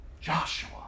Joshua